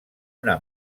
una